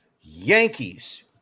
Yankees